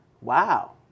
Wow